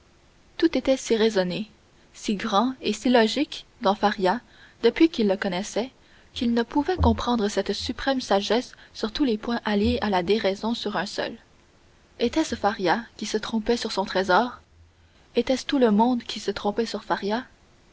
tout était si raisonné si grand et si logique dans faria depuis qu'il le connaissait qu'il ne pouvait comprendre cette suprême sagesse sur tous les points alliée à la déraison sur un seul était-ce faria qui se trompait sur son trésor était-ce tout le monde qui se trompait sur